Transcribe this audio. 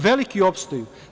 Veliki opstaju.